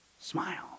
Smile